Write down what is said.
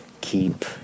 keep